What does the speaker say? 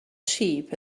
sheep